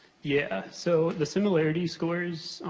yeah, so the similarity scores,